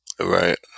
Right